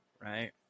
right